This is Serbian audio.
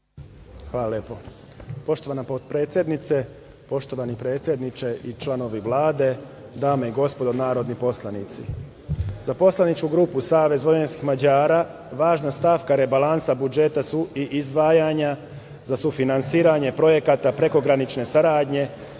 Hvala lepo. Poštovana potpredsednice, poštovani predsedniče i članovi Vlade, dame i gospodo narodni poslanici, za poslaničku grupu Savez vojvođanskih Mađara važna stavka rebalansa budžeta su i izdvajanja za sufinansiranje projekata prekogranične saradnje